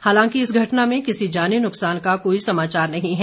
हालांकि इस घटना में किसी जानी नुकसान का कोई समाचार नही है